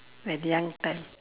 when young time